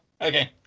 okay